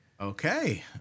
Okay